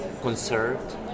conserved